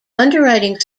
underwriting